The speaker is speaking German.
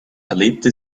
erlebte